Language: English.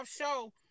show